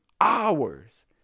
hours